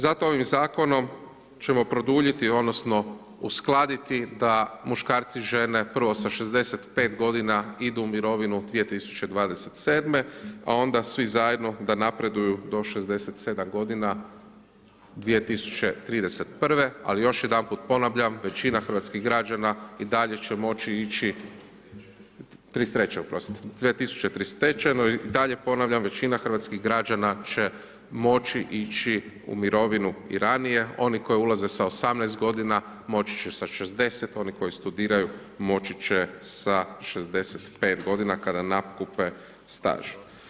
Zato ovim zakonom ćemo produljiti, odnosno, uskladiti da muškarci žene, prvo sa 65 g. idu u mirovinu 2027. a onda svi zajedno da napreduju do 67 g. 2031. ali još jedanput ponavljam, većina hrvatskih građana i dalje će moći ići, '33. oprostite, 2033. i dalje ponavljam većina hrvatskih građana će moći ići u mirovinu i ranije, oni koji ulaze sa 18 g. moći će sa 60, oni koji studiraju, moći će sa 65 g. kada nakupe staž.